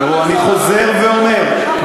תראו, אני חוזר ואומר,